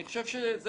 אני חושב שזה